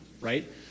right